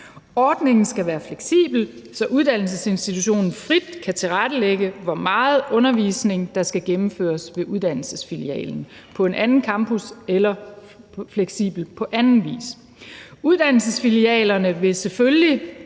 Ordningen skal være fleksibel, så uddannelsesinstitutionen frit kan tilrettelægge, hvor meget undervisning der skal gennemføres ved uddannelsesfilialen, på en anden campus eller fleksibelt på anden vis. Uddannelsesfilialerne vil selvfølgelig